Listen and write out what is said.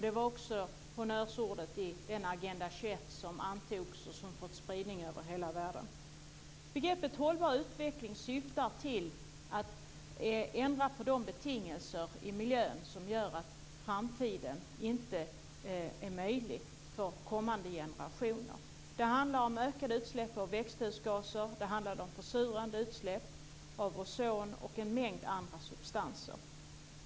Det var också honnörsordet i den Agenda 21 som antogs och som har fått spridning över hela världen. Begreppet hållbar utveckling syftar på att man vill ändra på de betingelser i miljön som gör att framtiden inte är möjlig för kommande generationer. Det handlar om de ökade utsläppen av växthusgaser, det handlar om försurande utsläpp, det handlar om ozon och en mängd andra substanser.